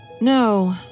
No